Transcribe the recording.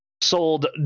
sold